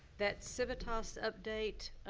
that civitas update.